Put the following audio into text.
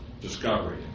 discovery